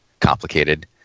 complicated